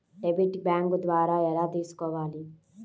Debit bank ద్వారా ఎలా తీసుకోవాలి?